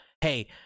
hey